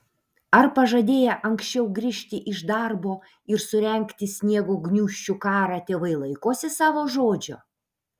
ar pažadėję anksčiau grįžti iš darbo ir surengti sniego gniūžčių karą tėvai laikosi savo žodžio